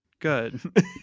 good